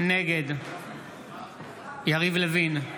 נגד יריב לוין,